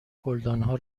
گلدانها